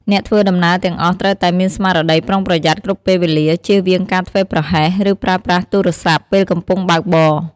អ្នកធ្វើដំណើរទាំងអស់ត្រូវតែ មានស្មារតីប្រុងប្រយ័ត្ន គ្រប់ពេលវេលា ចៀសវាងការធ្វេសប្រហែស ឬប្រើប្រាស់ទូរស័ព្ទពេលកំពុងបើកបរ។